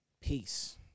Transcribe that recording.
Peace